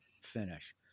finish